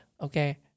Okay